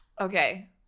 Okay